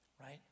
right